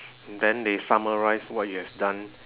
then they summarise what you have done